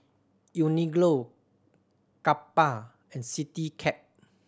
Uniqlo Kappa and Citycab